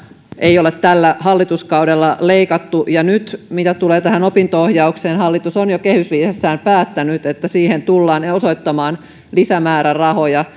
ei ole tällä hallituskaudella leikattu ja nyt mitä tulee tähän opinto ohjaukseen hallitus on jo kehysriihessään päättänyt että siihen tullaan osoittamaan lisämäärärahoja